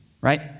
right